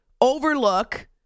overlook